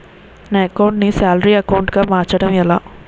నా అకౌంట్ ను salary account గా మార్చటం ఎలా?